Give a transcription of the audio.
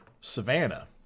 Savannah